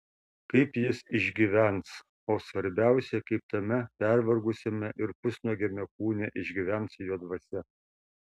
kaip jis išgyvens o svarbiausia kaip tame pervargusiame ir pusnuogiame kūne išgyvens jo dvasia